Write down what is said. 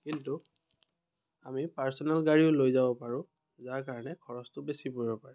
কিন্তু আমি পাৰ্চনেল গাড়ীও লৈ যাব পাৰোঁ যাৰ কাৰণে খৰচটো বেছি পৰিব পাৰে